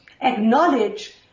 acknowledge